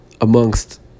amongst